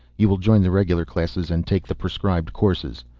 you will join the regular classes and take the prescribed courses.